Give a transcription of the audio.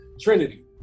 Trinity